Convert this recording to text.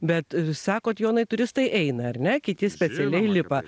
bet sakot jonai turistai eina ar ne kiti specialiai lipa